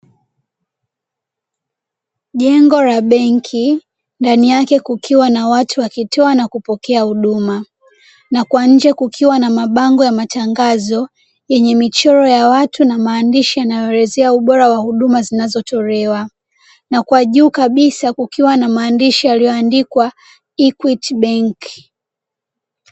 Jengo la BENK ndani yake kukiwa na watu wakitoa na kupokea huduma, na kwa nje kukiwa mabango ya matangazo, yenye michoro ya watu na maandishi yanayoelezea ubora wa huduma zinazotolewa. Na kwa juu kabisa kuna maandishi yaliyoandikwa "Equit ,BANK"